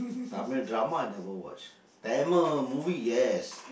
Tamil drama never watch Tamil movie yes